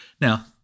Now